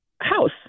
house